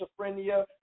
schizophrenia